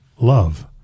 love